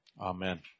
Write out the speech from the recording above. Amen